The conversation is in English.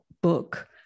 book